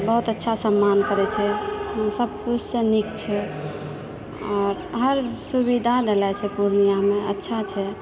बहुत अच्छा सम्मान करै छै सभ किछुसँ नीक छै आओर हर सुविधा देले छै पूर्णियामे अच्छा छै